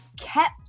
kept